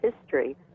history